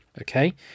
okay